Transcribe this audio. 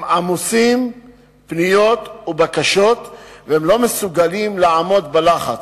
הם עמוסים בפניות ובבקשות ולא מסוגלים לעמוד בלחץ.